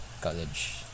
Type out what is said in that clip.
college